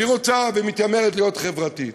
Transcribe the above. והיא רוצה והיא מתיימרת להיות חברתית,